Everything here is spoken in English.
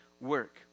work